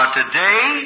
today